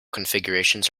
configurations